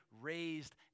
raised